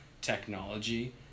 technology